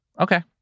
Okay